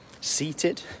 seated